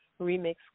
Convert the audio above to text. remix